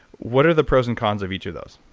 what are the pros and cons of each of those?